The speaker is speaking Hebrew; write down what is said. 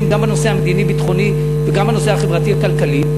גם בנושא המדיני-ביטחוני וגם בנושא החברתי-הכלכלי.